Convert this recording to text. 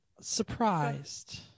surprised